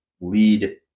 lead